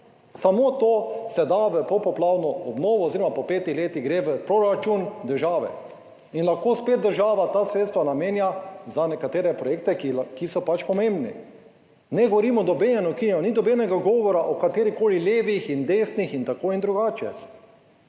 Samo to se, da v popoplavno obnovo, oz. po petih letih gre v proračun države in lahko spet država ta sredstva namenja za nekatere projekte, ki so pač pomembni. Ne govorimo o nobenem ukinjanju, ni nobenega govora o katerikoli levih in desnih in tako in drugače.